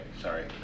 Sorry